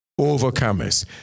Overcomers